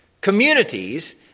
communities